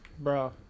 Bro